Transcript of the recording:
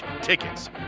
tickets